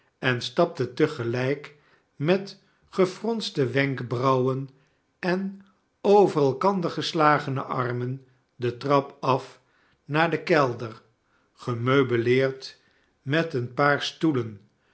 en stapte te gelijk met gefronste wenkbrauwen en over elkander geslagene armen de trap af naar den kelder gemeubeleerd met een paar stoelen